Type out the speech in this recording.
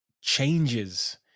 changes